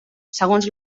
segons